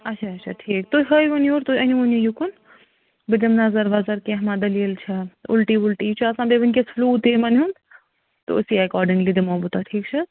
آچھا آچھا ٹھیٖک تُہۍ ہٲیہوٗن یور تُہۍ أنۍ ہوٗن یہِ یُکُن بہٕ دمہٕ نظر وظر کیٚنٛہہ ما دلیٖل چھیٚس اُلٹی وُلٹی چھِ آسان بیٚیہِ وُنٛکیٚس فٕلوٗ تہِ یمن ہُنٛد تہٕ اُسی ایٚکارڈنٛگلی دمو بہٕ تۄہہِ ٹھیٖک چھا حظ